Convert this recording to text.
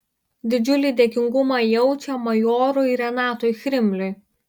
didžiulį dėkingumą jaučia majorui renatui chrimliui